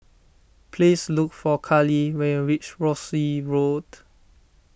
please look for Karlie when you reach Rosyth Road